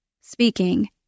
speaking